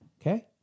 Okay